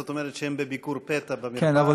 זאת אומרת שהם בביקור פתע במרפאה.